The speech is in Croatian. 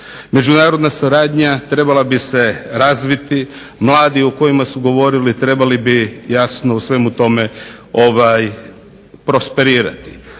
Međunarodna suradnja trebala bi se razviti, mladi o kojima su govorili trebali bi jasno u svemu tome prosperirati.